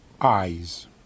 eyes